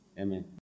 Amen